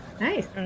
Nice